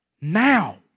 now